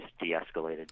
de-escalated